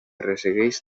ressegueix